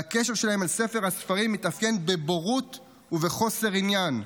והקשר שלהם אל ספר הספרים מתאפיין בבורות ובחוסר עניין.